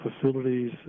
facilities